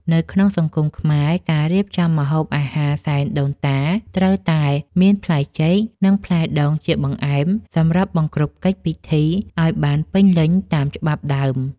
នៅក្នុងសង្គមខ្មែរការរៀបចំម្ហូបអាហារសែនដូនតាត្រូវតែមានផ្លែចេក និង ផ្លែដូងជាបង្អែមសម្រាប់បង្គ្រប់កិច្ចពិធីឱ្យបានពេញលេញតាមច្បាប់ដើម។